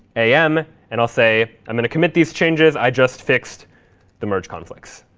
am, and i'll say, i'm going to commit these changes. i just fixed the merge conflicts.